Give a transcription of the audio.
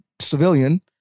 civilian